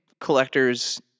collectors